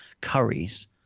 curries